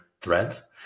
threads